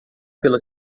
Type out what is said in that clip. pela